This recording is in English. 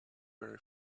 very